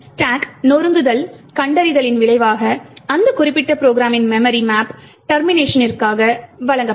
எனவே ஸ்டாக் நொறுக்குதல் கண்டறிதலின் விளைவாக அந்த குறிப்பிட்ட ப்ரோகிராமின் மெமரி மேப் டெர்மினேஷனிர்காக வழங்கப்படும்